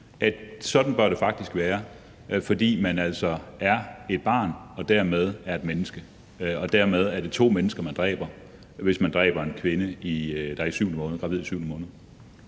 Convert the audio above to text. sådan bør det faktisk være, fordi det altså drejer sig om et barn og dermed et menneske, og at det dermed er to mennesker, man dræber, hvis man dræber en kvinde, der er gravid i syvende måned?